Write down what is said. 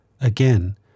Again